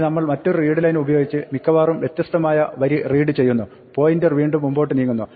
ഇനി നമ്മൾ മറ്റൊരു readline ഉപയോഗിച്ച് മിക്കവാറും വ്യത്യസ്തമായ വരി റീഡ് ചെയ്യുന്നു പോയിന്റർ വീണ്ടും മുമ്പോട്ട് നീങ്ങുന്നു